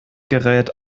gerät